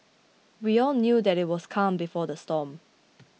we all knew that it was the calm before the storm